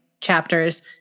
chapters